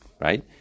right